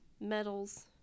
medals